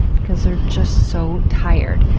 because they're just so tired,